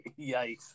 yikes